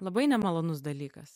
labai nemalonus dalykas